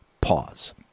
pause